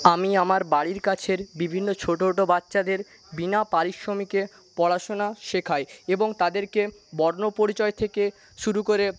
আমি আমার বাড়ির কাছের বিভিন্ন ছোটো ছোটো বাচ্চাদের বিনা পারিশ্রমিকে পড়াশোনা শেখাই এবং তাদেরকে বর্ণপরিচয় থেকে শুরু করে